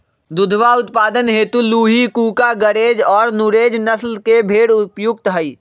दुधवा उत्पादन हेतु लूही, कूका, गरेज और नुरेज नस्ल के भेंड़ उपयुक्त हई